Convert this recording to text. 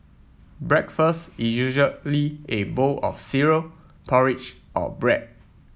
breakfast is usually a bowl of cereal porridge or bread